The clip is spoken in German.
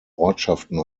ortschaften